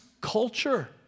culture